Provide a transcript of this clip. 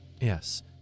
Yes